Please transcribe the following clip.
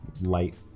light